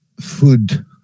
Food